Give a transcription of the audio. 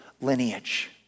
lineage